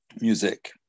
music